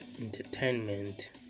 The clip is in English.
entertainment